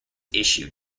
issued